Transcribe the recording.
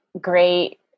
great